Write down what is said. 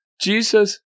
Jesus